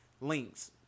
links